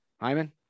hyman